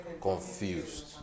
Confused